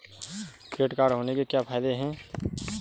Credit card होने के क्या फायदे हैं?